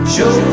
Show